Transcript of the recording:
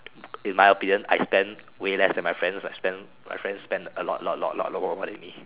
in my opinion I spend way less than my friends spend my friends a lot lot lot lot lot more than me